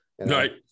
right